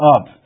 up